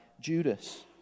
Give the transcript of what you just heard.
Judas